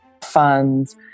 funds